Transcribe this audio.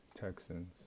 Texans